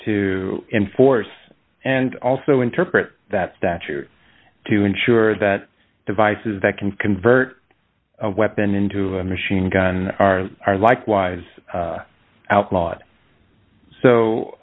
to enforce and also interpret that statute to ensure that devices that can convert a weapon into a machine gun are are likewise outlawed so